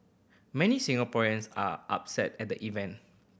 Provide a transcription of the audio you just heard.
many Singaporeans are upset at the event